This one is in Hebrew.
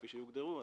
כפי שהוגדרו,